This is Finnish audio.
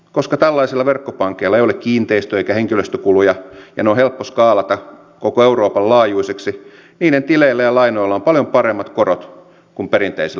koska tällaisilla verkkopankeilla ei ole kiinteistö eikä henkilöstökuluja ja ne on helppo skaalata koko euroopan laajuisiksi niiden tileillä ja lainoilla on paljon paremmat korot kuin perinteisillä pankeilla